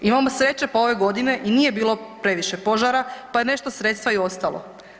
Imamo sreće pa ove godine i nije bilo previše požara, pa je nešto sredstva i ostalo.